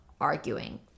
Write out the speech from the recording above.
arguing